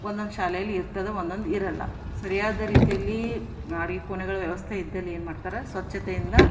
ಒಂದೊಂದು ಶಾಲೆಯಲ್ಲಿ ಇರ್ತದೆ ಒಂದೊಂದು ಇರಲ್ಲ ಸರಿಯಾದ ರೀತಿಯಲ್ಲಿ ಅಡುಗೆ ಕೋಣೆಗಳ ವ್ಯವಸ್ಥೆ ಇದ್ದಲ್ಲಿ ಏನು ಮಾಡ್ತಾರೆ ಸ್ವಚ್ಛತೆಯಿಂದ